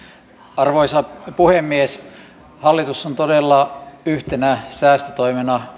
arvoisa puhemies hallitus on todella yhtenä säästötoimena